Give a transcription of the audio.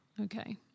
Okay